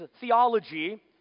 theology